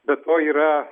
be to yra